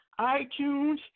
iTunes